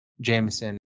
Jameson